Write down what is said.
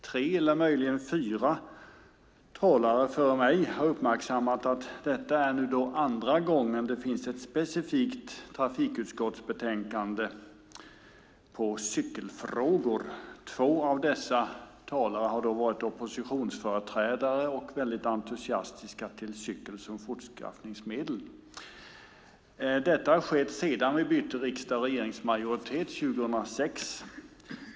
Tre eller möjligen fyra talare före mig har uppmärksammat att detta är andra gången det finns ett specifikt trafikutskottsbetänkande om cykelfrågor. Två av dessa talare har varit oppositionsföreträdare och väldigt entusiastiska till cykel som fortskaffningsmedel. Detta har skett sedan vi bytte riksdags och regeringsmajoritet 2006.